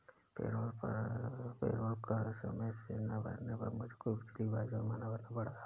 payroll कर समय से ना भरने पर मुझको पिछली बार जुर्माना भरना पड़ा था